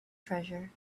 treasure